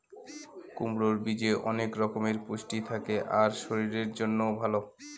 কুমড়োর বীজে অনেক রকমের পুষ্টি থাকে আর শরীরের জন্যও ভালো